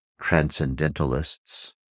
Transcendentalists